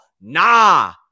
Nah